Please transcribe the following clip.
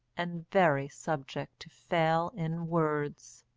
and very subject to fail in words.